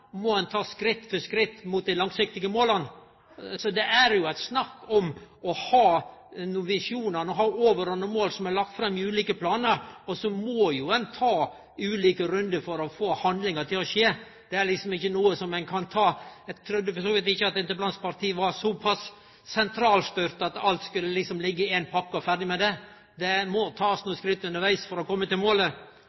ta skritt for skritt mot dei langsiktige måla. Det er snakk om å ha visjonar og ha overordna mål som er lagde fram i ulike planar, og så må ein ta ulike rundar for å få handlinga til å skje. Eg trudde for så vidt ikkje at interpellantens parti var så sentralstyrt at alt skulle liggje i éin pakke, og så ferdig med det. Det må